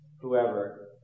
whoever